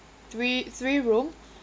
three three room